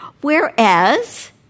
whereas